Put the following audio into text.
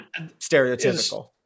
stereotypical